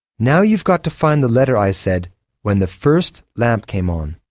now you've got to find the letter i said when the first lamp came on